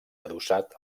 adossat